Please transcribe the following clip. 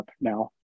now